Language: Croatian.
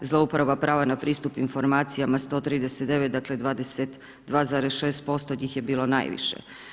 Zlouporaba prava na pristup informacijama 139, dakle 22,6% njih je bilo najviše.